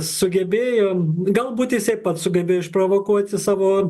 sugebėjo galbūt jisai pats sugebėjo išprovokuoti savo